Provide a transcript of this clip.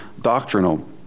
doctrinal